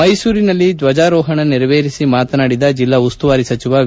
ಮೈಸೂರಿನಲ್ಲಿ ದ್ವಜಾರೋಪಣ ನೆರವೇರಿಸಿ ಮಾತನಾಡಿದ ಜಿಲ್ಲಾ ಉಸ್ತುವಾರಿ ಸಚಿವ ವಿ